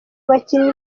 bakinnyi